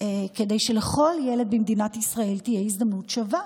כדי שלכל ילד במדינת ישראל תהיה הזדמנות שווה.